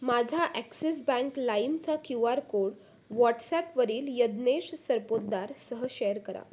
माझा Axis bank लाईमचा Q R code वॉट्सॲपवरील यज्ञेश सरपोतदार सह शेअर करा